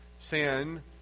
sin